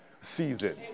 season